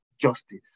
justice